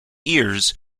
ears